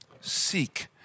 seek